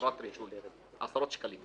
אגרת הרישוי, עשרות שקלים,